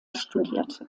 studierte